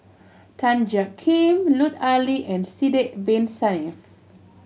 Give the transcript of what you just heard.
Tan Jiak Kim Lut Ali and Sidek Bin Saniff